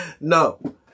No